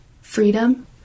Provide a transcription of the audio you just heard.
freedom